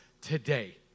today